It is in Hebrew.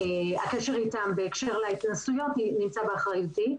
איתם בהקשר להתנסויות נמצא באחריותי.